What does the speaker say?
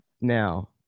Now